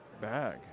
bag